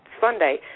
Sunday